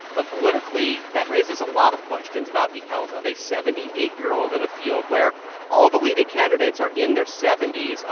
but politically, that raises a lot of questions about the health of a seventy eight year old in a field where all the leading candidates are in their seventy s.